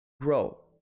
grow